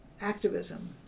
activism